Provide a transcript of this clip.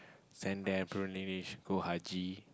send them go pligrimage go haji